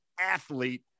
athlete